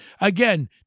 Again